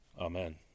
Amen